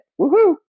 Woohoo